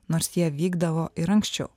nors jie vykdavo ir anksčiau